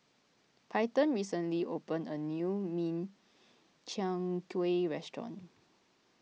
Peyton recently opened a new Min Chiang Kueh restaurant